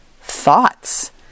thoughts